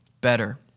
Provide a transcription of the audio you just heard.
better